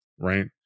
right